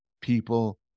people